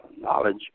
knowledge